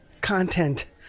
content